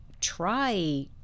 try